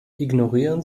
ignorieren